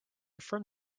from